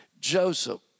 Joseph